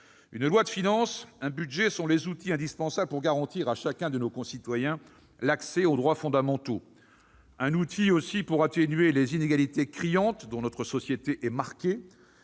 Une loi de finances, un budget, est un outil indispensable pour garantir à chacun de nos concitoyens l'accès aux droits fondamentaux ; un outil, aussi, pour atténuer les inégalités criantes rongeant notre société, créant